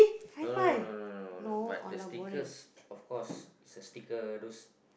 no no no no no but the stickers of course is the sticker those